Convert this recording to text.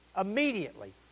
Immediately